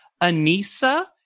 Anissa